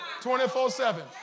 24-7